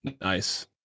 Nice